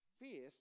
faith